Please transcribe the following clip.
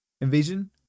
Invasion